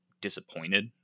disappointed